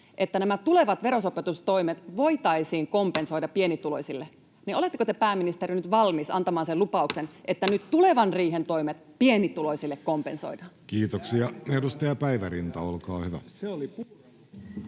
että nämä tulevat verosopeutustoimet voitaisiin kompensoida pienituloisille, niin oletteko te, pääministeri, nyt valmis antamaan sen lupauksen, että nyt tulevan riihen toimet pienituloisille kompensoidaan? Kiitoksia. — Edustaja Päivärinta, olkaa hyvä.